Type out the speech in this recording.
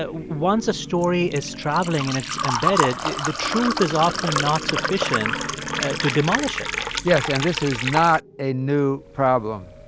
ah once a story is traveling and it's embedded, the truth is often not sufficient to demolish it yes, and this is not a new problem.